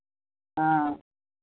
हँ